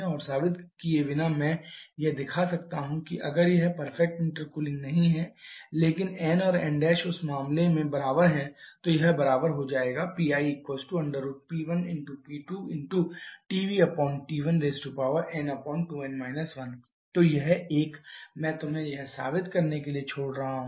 और साबित किए बिना मैं यह दिखा सकता हूं कि अगर यह परफेक्ट इंटरकूलिंग नहीं है लेकिन n और n' उस मामले में बराबर हैं तो यह बराबर हो जाएगा PiP1P2TBT1n2n 1 तो यह एक मैं तुम्हें यह साबित करने के लिए छोड़ रहा हूँ